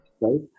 right